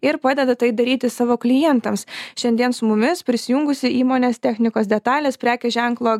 ir padeda tai daryti savo klientams šiandien su mumis prisijungusi įmonės technikos detalės prekės ženklo